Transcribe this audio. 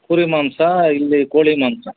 ಕುರಿ ಮಾಂಸ ಇಲ್ಲಿ ಕೋಳಿ ಮಾಂಸ